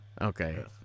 Okay